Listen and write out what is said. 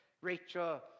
Rachel